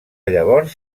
llavors